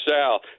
south